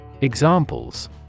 Examples